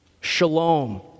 Shalom